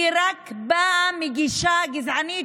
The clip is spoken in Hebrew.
זה רק בא מגישה גזענית,